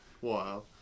Wow